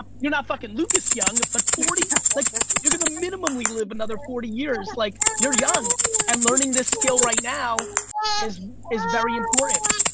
you're not fucking lucas young, but forty, like you're the minimum we live another forty years like you're young and learning this skill right now is very important.